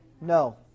No